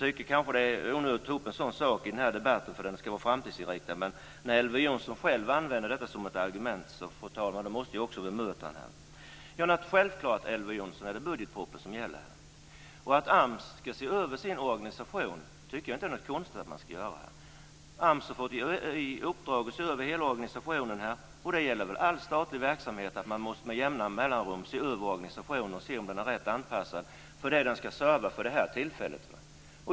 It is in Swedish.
Jag tycker kanske att det är onödigt att ta upp en sådan sak i den här debatten, för den ska vara framtidsinriktad, men när Elver Jonsson själv använder detta som ett argument, fru talman, måste jag också bemöta det. Ja, självklart, Elver Jonsson, är det bugdetpropositionen som gäller. Och att AMS ska se över sin organisation tycker jag inte är konstigt. AMS har fått i uppdrag att se över hela organisationen, och det gäller väl all statlig verksamhet att man med jämna mellanrum måste se över organisationen och se om den är rätt anpassad till det den ska serva för det här tillfället.